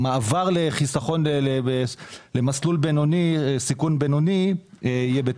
המעבר לחיסכון במסלול סיכון בינוני יהיה בתוקף?